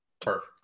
Perfect